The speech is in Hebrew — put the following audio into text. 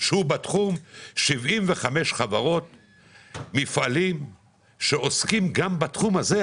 שיש לה 75 מפעלים שעוסקים גם בתחום הזה,